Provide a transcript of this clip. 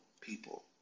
people